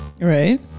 Right